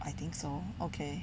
I think so okay